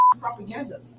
propaganda